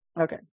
Okay